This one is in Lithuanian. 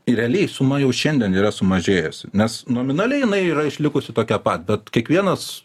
ir realiai suma jau šiandien yra sumažėjusi nes nominaliai jinai yra išlikusi tokia pat bet kiekvienas